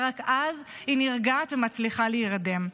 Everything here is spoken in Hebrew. ורק אז היא נרגעת ומצליחה להירדם.